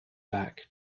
back